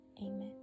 Amen